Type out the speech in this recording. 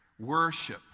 worship